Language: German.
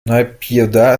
naypyidaw